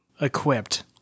equipped